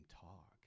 talk